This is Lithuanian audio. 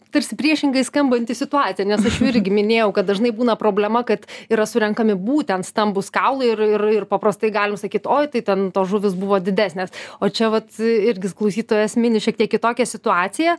tarsi priešingai skambanti situacija nes aš jau irgi minėjau kad dažnai būna problema kad yra surenkami būtent stambūs kaulai ir ir ir paprastai galim sakyt oi tai ten tos žuvys buvo didesnės o čia vat irgi klausytojo esminis šiek tiek kitokia situacija